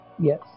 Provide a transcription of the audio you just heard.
Yes